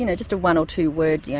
you know just a one or two word, yeah